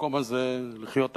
במקום הזה לחיות אחרת.